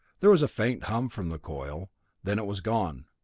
there was a faint hum from the coil then it was gone.